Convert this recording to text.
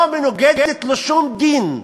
לא מנוגדת לשום דין.